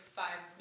five